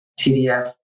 TDF